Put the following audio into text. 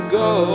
go